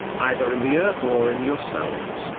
either in the earth or in yourselves,